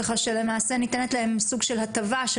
כך שלמעשה ניתנת להם סוג של הטבה של